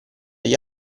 agli